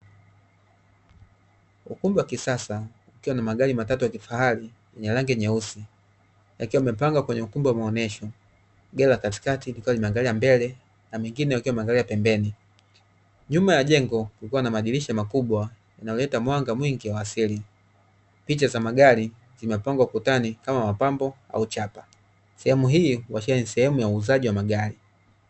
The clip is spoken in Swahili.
Ukumbi wa kisasa ukiwa na magari matatu ya kifahari, yenye rangi nyeusi, yakiwa yamepangwa kwenye ukumbi wa maonyesho. Gari la katikati likiwa limeangalia mbele, na mengine yakiwa yameangalia pembeni. Nyuma ya jengo kukiwa na madirisha makubwa yanayoleta mwanga mwingi wa asili. Picha za magari zimepangwa ukutani kama mapambo au chapa. Sehemu hii huashiria ni sehemu ya uuzaji wa magari.